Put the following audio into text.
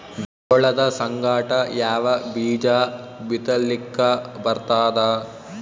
ಜೋಳದ ಸಂಗಾಟ ಯಾವ ಬೀಜಾ ಬಿತಲಿಕ್ಕ ಬರ್ತಾದ?